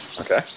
Okay